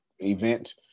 event